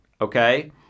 Okay